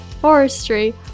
forestry